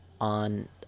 on